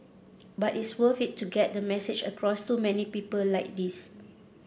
but it's worth it to get the message across to many people like this